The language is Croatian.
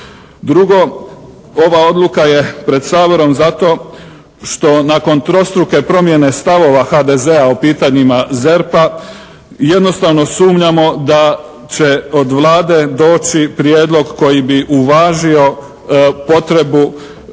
Drugo, ova odluka je pred Saborom zato što nakon trostruke promjene stavova HDZ-a o pitanjima ZERp-a jednostavno sumnjamo da će od Vlade doći prijedlog koji bi uvažio potrebu